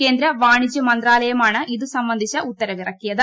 കേന്ദ്ര വാണിജ്യ മന്ത്രാലയമാണ് ഇത് സംബന്ധിച്ച ഉത്തരവിറ ക്കിയത്